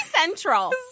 central